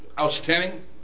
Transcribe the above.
outstanding